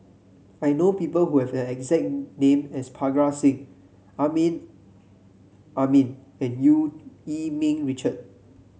I know people who have the exact name as Parga Singh Amrin Amin and Eu Yee Ming Richard